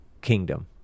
kingdom